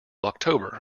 october